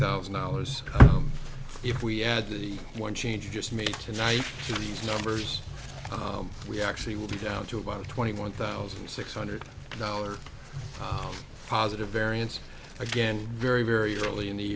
thousand dollars if we add to the one change just made tonight these numbers we actually will be down to about twenty one thousand six hundred dollars positive variance again very very early in the